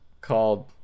called